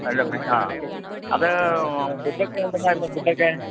അല്ല ആ അത് ഫുഡൊക്കെ എവിടെ നിന്നായിരുന്നു ഫുഡൊക്കെ